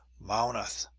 mownoth,